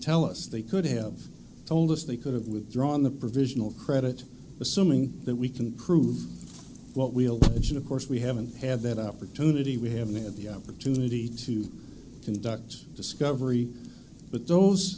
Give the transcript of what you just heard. tell us they could have told us they could have withdrawn the provisional credit assuming that we can prove what we'll and should of course we haven't had that opportunity we haven't had the opportunity to conduct discovery but those